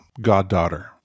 goddaughter